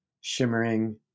shimmering